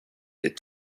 ditt